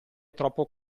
troppo